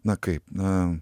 na kaip na